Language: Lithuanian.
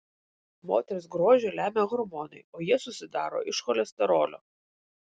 moters grožį lemia hormonai o jie susidaro iš cholesterolio